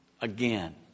again